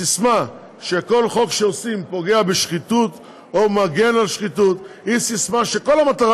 הססמה שכל חוק שעושים פוגע בשחיתות או מגן על שחיתות היא ססמה שכל המטרה